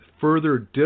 further